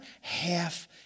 half